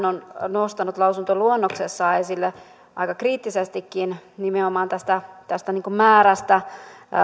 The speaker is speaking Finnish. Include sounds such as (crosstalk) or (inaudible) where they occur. (unintelligible) on nostanut lausuntoluonnoksessaan esille aika kriittisestikin nimenomaan tästä tästä määrästä